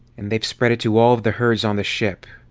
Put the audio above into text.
and they've spread it to all of the herds on the ship.